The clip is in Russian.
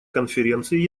конференции